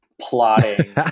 plotting